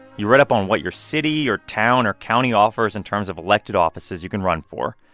you read up on what your city or town or county offers in terms of elected offices you can run for,